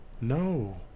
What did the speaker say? no